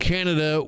Canada